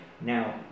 Now